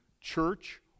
church